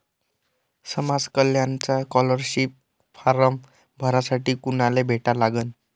समाज कल्याणचा scholarship form भरासाठी कुनाले भेटा लागन?